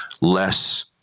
less